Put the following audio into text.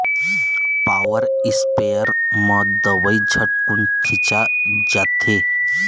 power sprayer म दवई झटकुन छिंचा जाथे